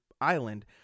island